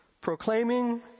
proclaiming